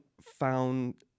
found